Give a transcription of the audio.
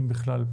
אם בכלל?